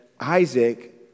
Isaac